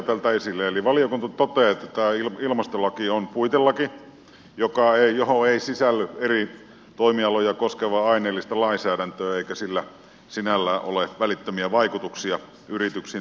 valiokunta toteaa että tämä ilmastolaki on puitelaki johon ei sisälly eri toimialoja koskevaa aineellista lainsäädäntöä eikä sillä sinällään ole välittömiä vaikutuksia yrityksiin tai toiminnanharjoittajiin